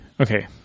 okay